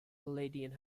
palladian